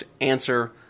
answer